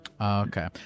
Okay